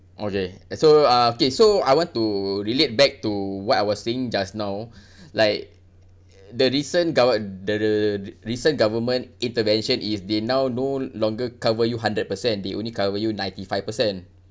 okay so uh okay so I want to relate back to what I was saying just now like the recent gove~ the the the recent government intervention is they now no longer cover you hundred percent they only cover you ninety five percent